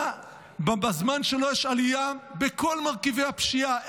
בזמן שלו יש עלייה בכל מרכיבי הפשיעה,